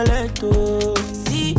See